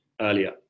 earlier